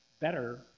better